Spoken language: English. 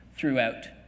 throughout